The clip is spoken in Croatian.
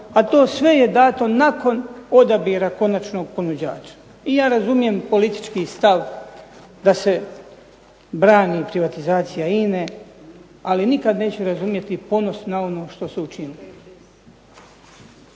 a to sve je dato nakon odabira konačnog ponuđača i ja razumijem politički stav da se brani privatizacija INA ali nikada neću razumjeti ponos na ono što se učinilo.